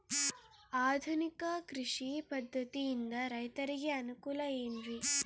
ಆಧುನಿಕ ಕೃಷಿ ಪದ್ಧತಿಯಿಂದ ರೈತರಿಗೆ ಅನುಕೂಲ ಏನ್ರಿ?